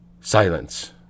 Silence